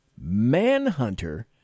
Manhunter